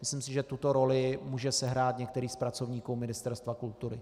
Myslím si, že tuto roli může sehrát některý z pracovníků Ministerstva kultury.